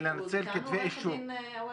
עו"ד אווקה?